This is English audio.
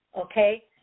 Okay